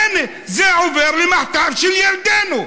הינה, זה עובר לחטיפה של ילדינו.